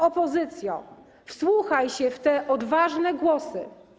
Opozycjo, wsłuchaj się w te odważne głosy.